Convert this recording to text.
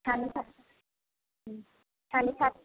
सानै साथ सानै साथ